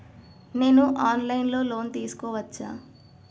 నేను online లో loan తీసుకోవచ్చా?